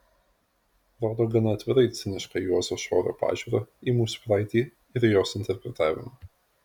rodo gana atvirai cinišką juozo šorio pažiūrą į mūsų praeitį ir jos interpretavimą